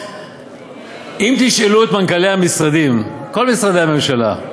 אם תשאלו את מנכ"לי המשרדים, כל משרדי הממשלה,